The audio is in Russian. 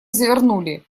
завернули